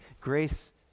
grace